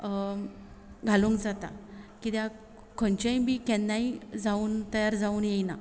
घालूंक जाता कित्याक खंयचेय बी केन्नाय जावन तयार जावन येयना